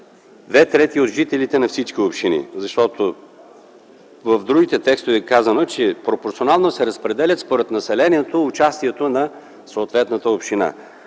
две трети от жителите на всички общини. Защото в другите текстове е казано, че пропорционално се разпределя според населението участието на съответната община.